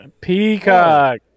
Peacock